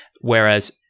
Whereas